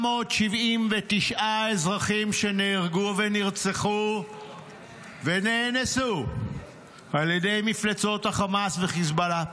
879 אזרחים נהרגו ונרצחו ונאנסו על ידי מפלצות החמאס והחיזבאללה,